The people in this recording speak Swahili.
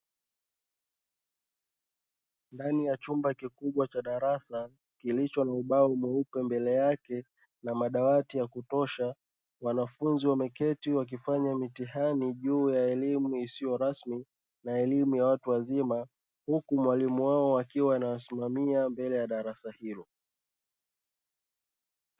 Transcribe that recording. Ndani ya chumba kikubwa cha darasa kilicho na ubao mweupe mbele yake na madawati ya kutosha, wanafunzi wameketi wakifanya mitihani juu ya elimu isiyo rasmi na elimu ya watu wazima, huku mwalimu wao akiwa anawasimamia mbele ya darasa hilo.